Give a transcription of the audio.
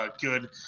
good